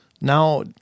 Now